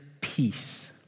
peace